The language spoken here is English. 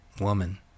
Woman